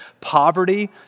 poverty